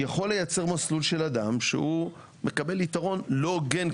יכול לייצר מסלול של אדם שהוא מקבל יתרון לא הוגן,